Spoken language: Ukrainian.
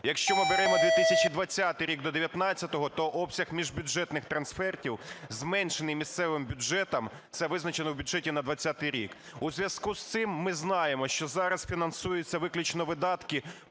Якщо ми беремо 2020 рік до 19-го, то обсяг міжбюджетних трансфертів зменшений місцевим бюджетами, це визначено у бюджеті на 20-й рік. У зв’язку з цим ми знаємо, що зараз фінансуються виключно видатки